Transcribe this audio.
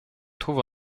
trouve